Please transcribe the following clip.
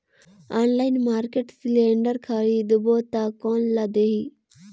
Online market cylinder खरीदबो ता कोन ला देही?